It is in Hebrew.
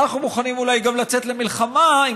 אנחנו מוכנים אולי גם לצאת למלחמה אם